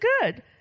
good